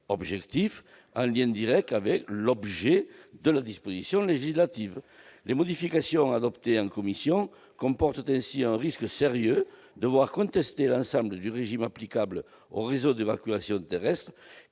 objectifs, en lien direct avec l'objet de la disposition législative. Les modifications adoptées en commission comportent ainsi un risque sérieux de voir contesté l'ensemble du régime applicable au réseau d'évacuation terrestre,